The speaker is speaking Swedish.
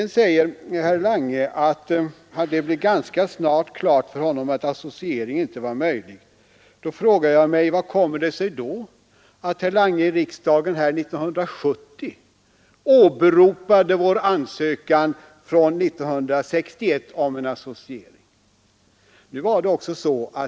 Nu säger herr Lange att det ganska snart blev klart för honom att associering inte var möjlig. Då frågar jag: Hur kommer det sig att herr Lange i riksdagen år 1970 åberopande vår ansökan från 1961 om en associering?